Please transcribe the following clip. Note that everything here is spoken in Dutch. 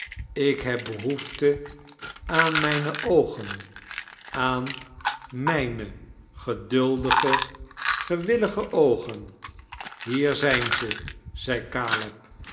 ik heb behoefte aan mijne oogen aan mijme geduldige gewillige oogen hier zijn ze zei